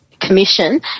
commission